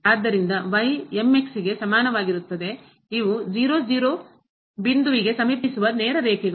ಆದ್ದರಿಂದ ಗೆ ಸಮಾನವಾಗಿರುತ್ತದೆ ಇವು ಬಿಂದುವಿಗೆ ಸಮೀಪಿಸುವ ನೇರ ರೇಖೆಗಳು